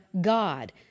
God